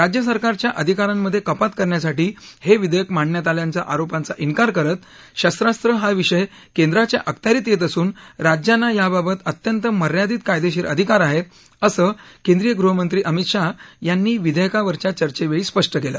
राज्य सरकारच्या अधिकारांमधे कपात करण्यासाठी हे विधेयक मांडण्यात आल्याच्या आरोपांचा इन्कार करत शस्त्रास्त्र हा विषय केंद्राच्या अखत्यारीत येत असून राज्यांना याबाबत अत्यंत मर्यादित कायदेशीर अधिकार आहेत असं केंद्रीय गृहमंत्री अमित शहा यांनी विधेयकावरच्या चर्चेवेळी स्पष्ट केलं